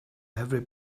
every